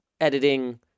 editing